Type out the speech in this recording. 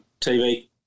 TV